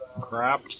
Crap